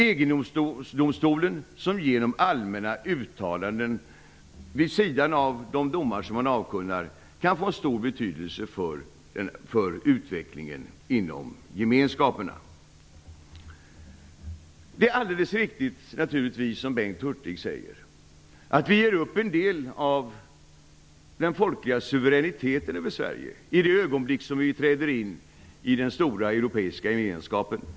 EG-domstolen kan genom allmänna uttalanden vid sidan av de domar som den avkunnar få stor betydelse för utvecklingen inom gemenskaperna. Det är naturligtvis alldeles riktigt, som Bengt Hurtig säger, att vi ger upp en del av den folkliga suveräniteten över Sverige i det ögonblick som vi träder in i den stora europeiska gemenskapen.